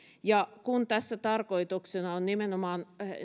kun tässä tarkoituksena on nimenomaan